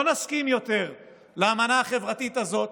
לא נסכים יותר לאמנה החברתית הזאת